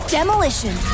Demolition